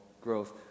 growth